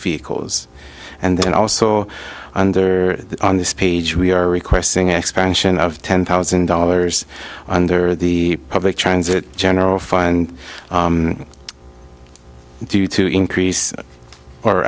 vehicles and then also under on this page we are requesting expansion of ten thousand dollars under the public transit general fund due to increase our